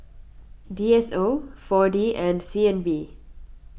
D S O four D and C N B